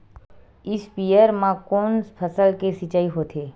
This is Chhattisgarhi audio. स्पीयर म कोन फसल के सिंचाई होथे?